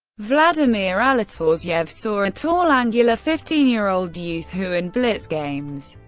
vladimir alatortsev saw a tall, angular fifteen year old youth, who in blitz games,